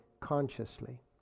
consciously